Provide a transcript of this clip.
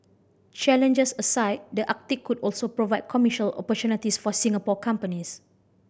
challenges aside the Arctic could also provide commercial opportunities for Singapore companies